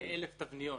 1,000 תבניות.